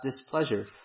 displeasure